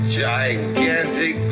gigantic